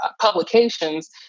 publications